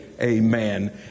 Amen